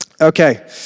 Okay